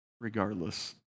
regardless